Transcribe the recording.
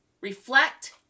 reflect